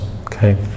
Okay